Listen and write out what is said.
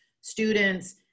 students